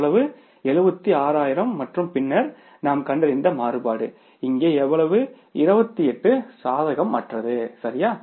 எவ்வளவு 760000 மற்றும் பின்னர் நாம் கண்டறிந்த மாறுபாடு இங்கே எவ்வளவு 28 சாதகமற்றது சரியா